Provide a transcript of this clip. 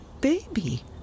baby